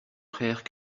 frères